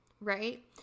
right